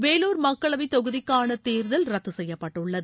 வேலூர் மக்களவைத் தொகுதிக்கான தேர்தல் ரத்து செய்யப்பட்டுள்ளது